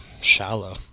shallow